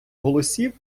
голосів